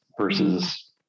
versus